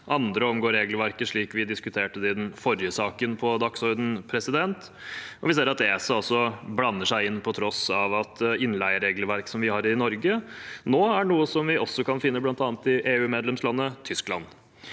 Andre omgår regelverket slik vi diskuterte det i den forrige saken på dagsordenen. Vi ser at også ESA blander seg inn på tross av at innleieregelverket vi har i Norge, er noe vi nå også kan finne i bl.a. EUmedlemslandet Tyskland.